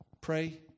Pray